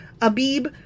abib